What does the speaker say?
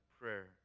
prayer